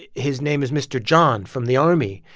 his name is mr. john from the army.